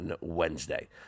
Wednesday